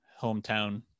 hometown